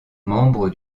membre